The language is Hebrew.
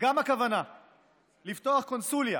גם הכוונה לפתוח קונסוליה